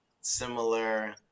similar